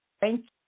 thank